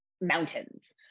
mountains